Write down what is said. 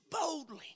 boldly